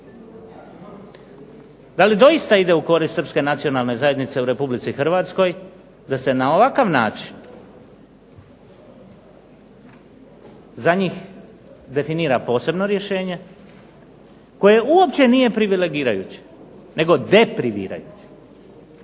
Da li doista ide u korist srpske nacionalne zajednice u Republici Hrvatskoj da se na ovakav način za njih definira posebno rješenje koje uopće nije privilegirajuče, nego deprivirajuće.